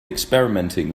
experimenting